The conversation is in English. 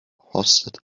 hosted